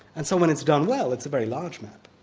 and so when it's done well it's a very large map,